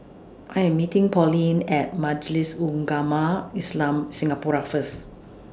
I Am meeting Pauline At Majlis Ugama Islam Singapura First